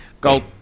Gold